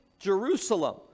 Jerusalem